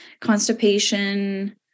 constipation